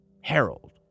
Harold